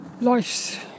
life's